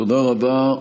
תודה רבה.